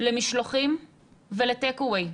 למשלוחים ולטייק אווי,